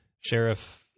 sheriff